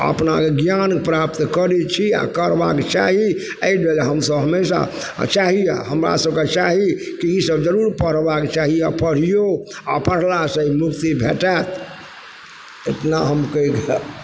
अपनाके ज्ञान प्राप्त करय छी आओर करबाके चाही अइ दुआरे हमसब हमेशा चाही आओर हमरा सबके चाही कि ईसब जरूर पढ़बाके चाही आओर पढ़ियौ आओर पढ़ला सँ ई मुक्ति भेटत इतना हम कहिके